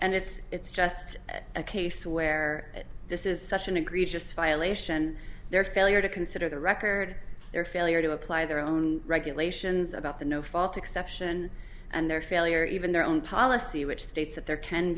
and it's just a case where this is such an egregious violation their failure to consider the record their failure to apply their own regulations about the no fault exception and their failure even their own policy which states that there can